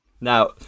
Now